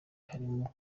harimo